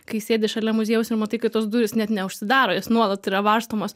kai sėdi šalia muziejaus ir matai kad tos durys net neužsidaro jos nuolat yra varstomos